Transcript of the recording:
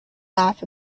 laugh